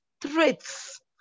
threats